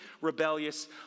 rebellious